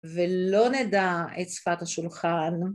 ולא נדע את שפת השולחן